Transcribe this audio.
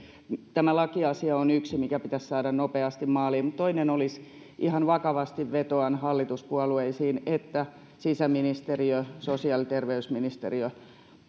tämä lakiasia on yksi mikä pitäisi saada nopeasti maaliin mutta toinen olisi se ihan vakavasti vetoan hallituspuolueisiin että sisäministeriö ja sosiaali ja terveysministeriö